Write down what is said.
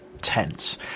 tense